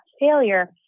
failure